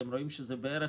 בערך